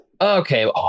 Okay